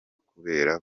kubera